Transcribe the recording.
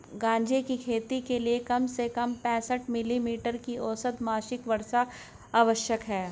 गांजे की खेती के लिए कम से कम पैंसठ मिली मीटर की औसत मासिक वर्षा आवश्यक है